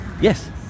Yes